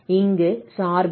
இங்கு சார்பு e x2ஆகும்